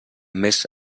més